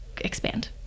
expand